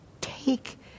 take